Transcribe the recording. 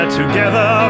together